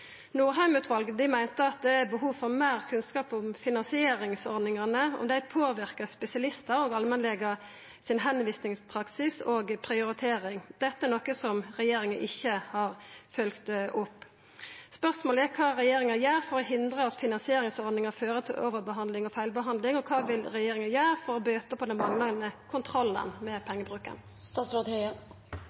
meinte at det er behov for meir kunnskap om finansieringsordningane – om dei påverkar spesialistar og allmennlegar i deira tilvisingspraksis og prioritering. Dette er noko som regjeringa ikkje har følgt opp. Spørsmålet er kva regjeringa gjer for å hindra at finansieringsordninga fører til overbehandling og feilbehandling, og kva regjeringa vil gjera for å bøta på den manglande kontrollen med